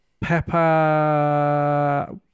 Pepper